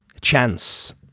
Chance